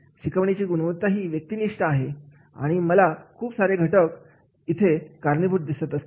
शिकवण्याची गुणवत्ता ही व्यक्तिनिष्ठ आहे आणि याला खूप सारे घटक कारणीभूत असतात